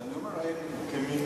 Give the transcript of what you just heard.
אני אומר אין כמניין הקומות.